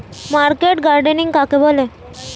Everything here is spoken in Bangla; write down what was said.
মার্কেট গার্ডেনিং কাকে বলে?